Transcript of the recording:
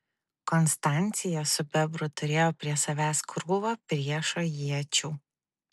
konstancija su bebru turėjo prie savęs krūvą priešo iečių